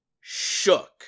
Shook